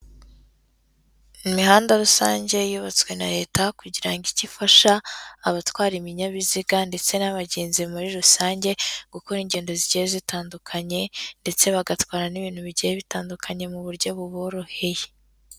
Imihanda rusange yubatswe na leta kugira ngo ige ifasha abatwara ibinyabiziga ndetse n'abagenzi muri rusange gukora ingendo zigiye zitandukanye ndetse bagatwara n'ibintu bigiye bitandukanye mu buryo buboroheye.